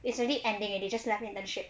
it's already ending already just left internship